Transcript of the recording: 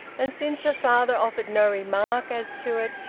and since her father offered no remark as to it,